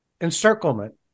encirclement